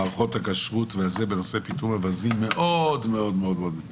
מערכות הכשרות בנושא פיטום אווזים מאוד מתנגדים.